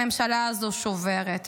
הממשלה הזו שוברת,